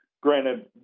granted